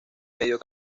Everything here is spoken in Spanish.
medio